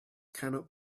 cannot